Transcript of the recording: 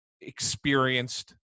experienced